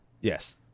Yes